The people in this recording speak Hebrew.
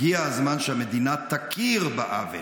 הגיע הזמן שהמדינה תכיר בעוול,